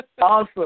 Awesome